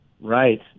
Right